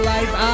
Life